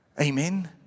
Amen